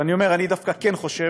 ואני אומר שאני דווקא כן חושב,